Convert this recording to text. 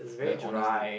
like honestly